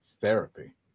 therapy